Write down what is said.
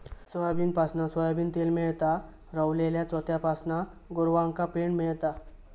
सोयाबीनपासना सोयाबीन तेल मेळता, रवलल्या चोथ्यापासना गोरवांका पेंड मेळता